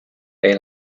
they